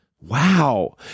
Wow